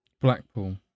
Blackpool